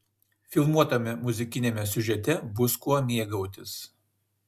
filmuotame muzikiniame siužete bus kuo mėgautis